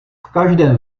každém